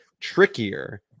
trickier